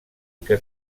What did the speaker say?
que